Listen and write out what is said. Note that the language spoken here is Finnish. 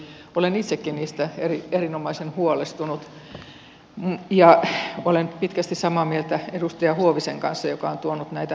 olen itsekin niistä erinomaisen huolestunut ja olen pitkästi samaa mieltä edustaja huovisen kanssa joka on tuonut näitä huolia esille